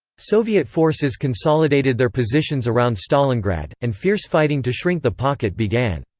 soviet forces consolidated their positions around stalingrad, and fierce fighting to shrink the pocket began.